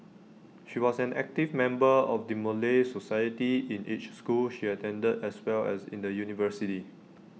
she was an active member of the Malay society in each school she attended as well as in the university